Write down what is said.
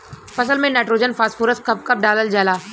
फसल में nitrogen phosphorus कब कब डालल जाला?